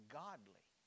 godly